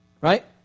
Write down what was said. right